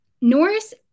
Norris